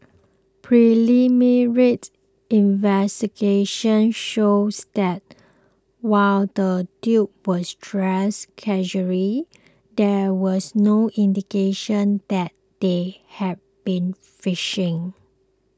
investigations shows that while the duo were dressed casually there was no indication that they had been fishing